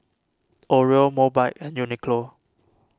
Oreo Mobike and Uniqlo